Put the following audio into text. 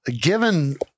given